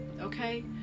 okay